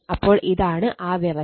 അപ്പോൾ ഇതാണ് ആ വ്യവസ്ഥ